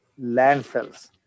landfills